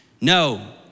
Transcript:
No